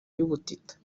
y’ubutita